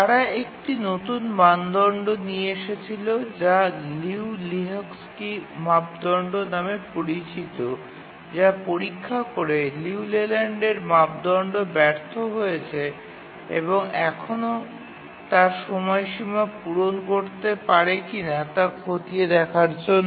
তারা একটি নতুন মানদণ্ড নিয়ে এসেছিল যা লিউ লেহোকস্কির মাপদণ্ড নামে পরিচিত যা পরীক্ষা করে যে লিউ লেল্যান্ডের মাপদণ্ড ব্যর্থ হয়েছে এবং এখনও তার সময়সীমা পূরণ করতে পারে কিনা তা খতিয়ে দেখার জন্য